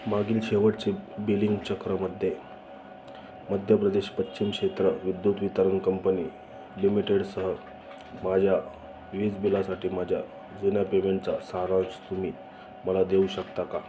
मागील शेवटचे बिलिंग चक्रमध्ये मध्य प्रदेश पश्चिम क्षेत्र विद्युत वितरण कंपनी लिमिटेडसह माझ्या वीज बिलासाठी माझ्या जुन्या पेमेंटचा सारांश तुम्ही मला देऊ शकता का